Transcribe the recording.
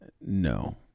No